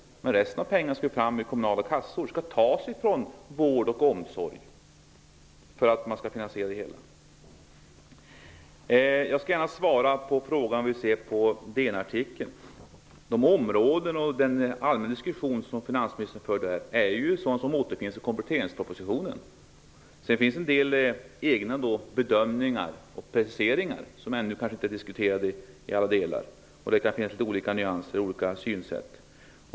Resten av pengarna skall skjutas till från kommunala kassor. De skall tas från vård och omsorg, för att en finansiering skall kunna ske. Jag skall gärna svara på frågan om hur vi ser på artikeln i DN. De områden som finansministern tar upp och den allmänna diskussion som hon för är sådant som återfinns i kompletteringspropositionen. Det förekommer också en del egna bedömningar och preciseringar som ännu kanske inte är diskuterade till alla delar. Det förekommer kanske också nyanser och olika synsätt.